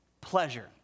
pleasure